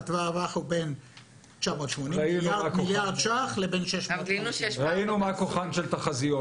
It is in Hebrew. והטווח הוא בין 980 מיליארד שקל לבין 650. ראינו מה כוחן של תחזיות.